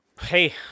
Hey